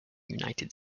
united